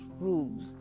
rules